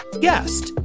guest